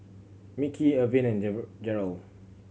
Mickie Irvin and Jeryl